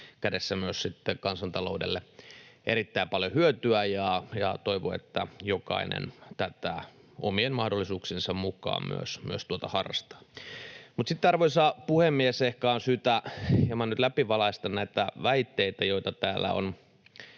kädessä myös sitten kansantaloudelle erittäin paljon hyötyä. Toivon, että jokainen tätä omien mahdollisuuksiensa mukaan myös harrastaa. Mutta sitten, arvoisa puhemies, on ehkä syytä hieman nyt läpivalaista näitä väitteitä, joita täällä on